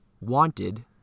wanted